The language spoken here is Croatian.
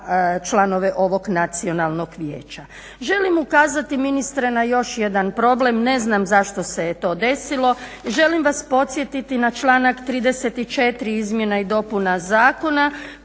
članove ovog Nacionalnog vijeća. Želim ukazati ministre na još jedan problem, ne znam zašto se to desilo, želim vas podsjetiti na članak 34. izmjena i dopuna zakona